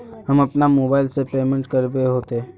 हम अपना मोबाईल से पेमेंट करबे ते होते?